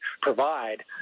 provide